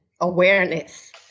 awareness